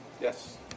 Yes